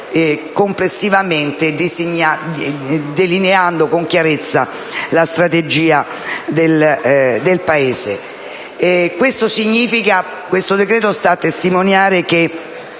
complessivamente, delineando con chiarezza la strategia del Paese. Questo decreto sta a testimoniare che